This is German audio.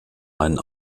einen